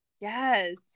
Yes